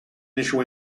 initial